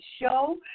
show